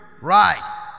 Right